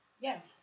Yes